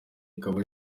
ikaba